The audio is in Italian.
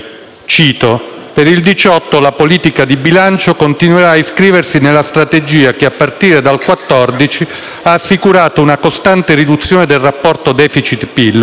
«Per il 2018 la politica di bilancio continuerà a inscriversi nella strategia che, a partire dal 2014, ha assicurato una costante riduzione del rapporto *deficit-*PIL,